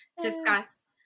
discussed